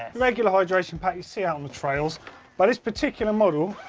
regular hydration pack you see out in the trails but this particular model